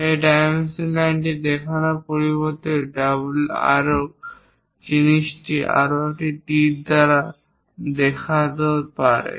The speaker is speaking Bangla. এই ডাইমেনশন লাইনটি দেখানোর পরিবর্তে ডাবল অ্যারো জিনিসটি একটি একক তীর দ্বারাও দেখাতে পারে